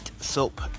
soap